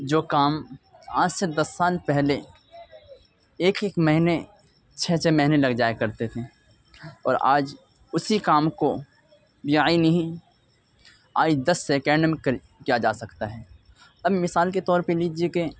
جو کام آج سے دس سال پہلے ایک ایک مہینے چھ چھ مہینے لگ جایا کرتے تھے اور آج اسی کام کو یعنی آج دس سیکنڈ میں کیا جا سکتا ہے اب مثال کے طور پہ لیجیے کہ